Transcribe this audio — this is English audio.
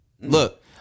Look